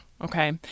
Okay